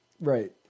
right